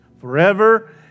forever